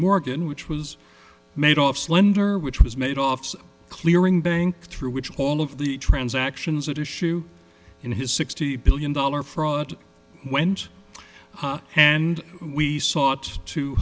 morgan which was made off slender which was made off so clearing bank through which all of the transactions at issue in his sixty billion dollar fraud went and we sought to